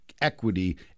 equity